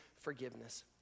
forgiveness